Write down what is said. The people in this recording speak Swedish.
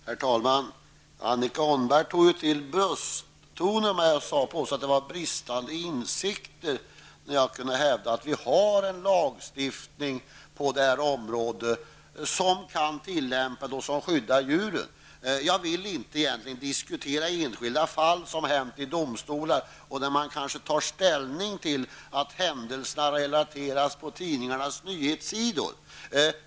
Herr talman! Annika Åhnberg tog till brösttoner och påstod att det var fråga om bristande insikter, när jag kunde hävda att vi har en lagstiftning på det här området som kan tillämpas och som skyddar djuren. Jag vill inte diskutera de enskilda fall som förekommit i domstolar, varvid man kanske tar ställning till händelser som relaterats på tidningarnas nyhetssidor.